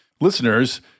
listeners